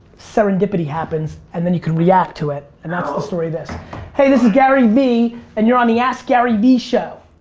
serendipity happens and then you can react to it. and that's the story of this hey, this is garyvee and you're on the askgaryvee show.